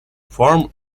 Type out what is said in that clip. form